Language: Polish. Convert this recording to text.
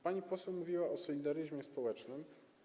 Pani poseł mówiła o solidaryzmie społecznym.